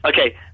Okay